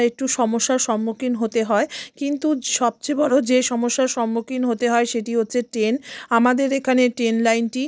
একটু সমস্যার সম্মুখীন হতে হয় কিন্তু সবচেয়ে বড় যে সমস্যার সম্মুখীন হতে হয় সেটি হচ্ছে ট্রেন আমাদের এখানে ট্রেন লাইনটি